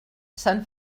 sant